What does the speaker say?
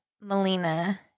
Melina